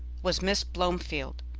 was miss blomefield.